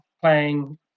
playing